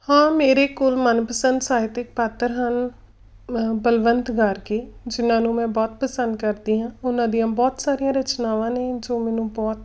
ਹਾਂ ਮੇਰੇ ਕੋਲ ਮਨਪਸੰਦ ਸਾਹਿਤਕ ਪਾਤਰ ਹਨ ਬਲਵੰਤ ਗਾਰਗੀ ਜਿਨ੍ਹਾਂ ਨੂੰ ਮੈਂ ਬਹੁਤ ਪਸੰਦ ਕਰਦੀ ਹਾਂ ਉਹਨਾਂ ਦੀਆਂ ਬਹੁਤ ਸਾਰੀਆਂ ਰਚਨਾਵਾਂ ਨੇ ਜੋ ਮੈਨੂੰ ਬਹੁਤ